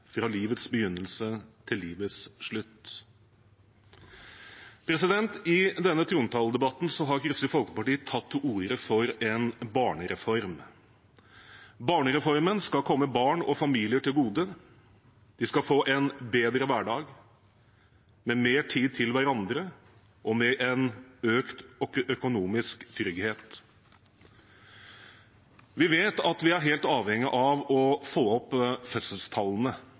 fra livets begynnelse til livets slutt. I denne trontaledebatten har Kristelig Folkeparti tatt til orde for en barnereform. Barnereformen skal komme barn og familier til gode. De skal få en bedre hverdag med mer tid til hverandre og med en økt økonomisk trygghet. Vi vet at vi er helt avhengig av å få opp fødselstallene.